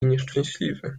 nieszczęśliwy